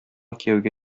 кияүгә